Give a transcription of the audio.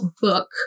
book